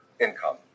income